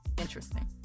interesting